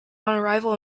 arrival